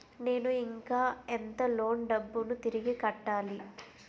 నేను ఇంకా ఎంత లోన్ డబ్బును తిరిగి కట్టాలి?